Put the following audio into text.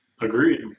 Agreed